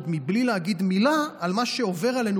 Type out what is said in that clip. עוד בלי להגיד מילה על מה שעובר עלינו